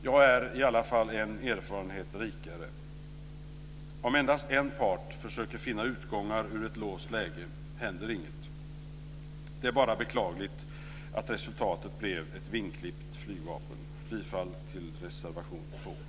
Jag är i alla fall en erfarenhet rikare. Om endast en part försöker finna utgångar ur ett låst läge händer inget. Det är bara beklagligt att resultatet blev ett vingklippt flygvapen. Bifall till reservation 2!